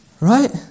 Right